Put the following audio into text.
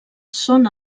són